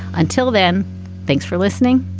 until then thanks for listening.